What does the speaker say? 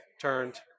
turned